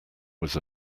was